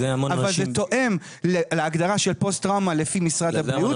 אבל זה תואם להגדרה של פוסט טראומה לפי משרד הבריאות